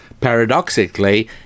paradoxically